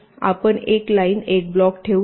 आपण एका लाईन एक ब्लॉक ठेवू शकता